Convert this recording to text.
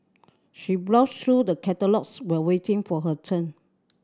she browsed through the catalogues while waiting for her turn